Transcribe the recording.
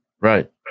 Right